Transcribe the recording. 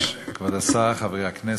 אדוני היושב-ראש, כבוד השר, חברי הכנסת,